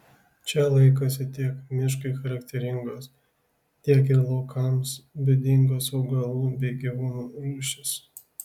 čia laikosi tiek miškui charakteringos tiek ir laukams būdingos augalų bei gyvūnų rūšys